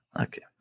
Okay